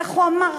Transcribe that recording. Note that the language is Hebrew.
איך הוא אמר?